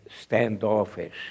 standoffish